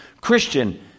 Christian